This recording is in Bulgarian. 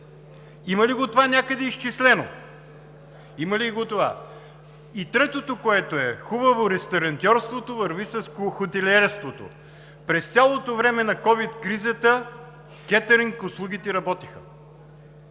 Има ли го това някъде изчислено? Има ли го това? И третото – хубаво, ресторантьорството върви с хотелиерството. През цялото време на COVID кризата кетъринг услугите работеха